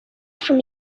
from